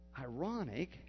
Ironic